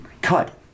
cut